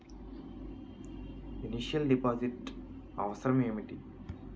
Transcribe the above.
Initial deposit అవసరం ఏమిటి?